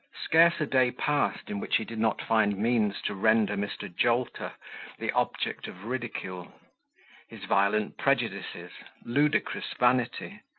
scarce a day passed in which he did not find means to render mr. jolter the object of ridicule his violent prejudices, ludicrous vanity,